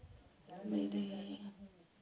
मेरे